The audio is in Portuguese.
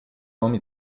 homem